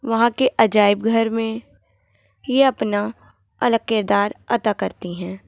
وہاں کے عجائب گھر میں یہ اپنا الگ کردار عطا کرتی ہیں